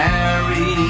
Harry